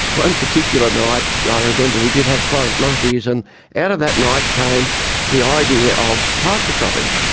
one particular night yeah ah i remember we did have quite a lot of beers and out of that night came the idea of pasture cropping.